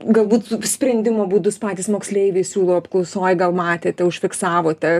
galbūt sprendimo būdus patys moksleiviai siūlo apklausoj gal matėte užfiksavote